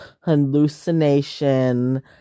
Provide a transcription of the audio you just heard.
Hallucination